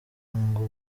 ngo